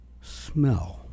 smell